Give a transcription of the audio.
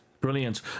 Brilliant